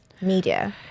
media